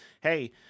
hey